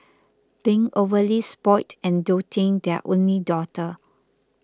being overly spoilt and doting their only daughter